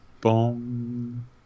boom